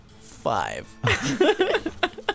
Five